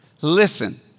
listen